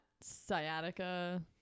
sciatica